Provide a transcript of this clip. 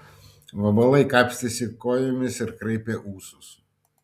vabalai kapstėsi kojomis ir kraipė ūsus